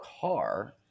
car